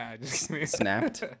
Snapped